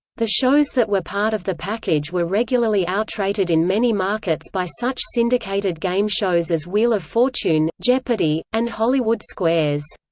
the shows that were part of the package were regularly outrated in many markets by such syndicated game shows as wheel of fortune, jeopardy! and hollywood squares.